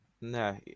No